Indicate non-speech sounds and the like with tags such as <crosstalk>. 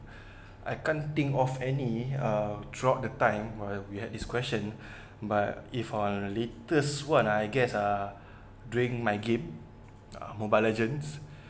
<breath> I can't think of any uh throughout the time uh we had this question <breath> but if uh latest one I guess ah during my game <noise> mobile legends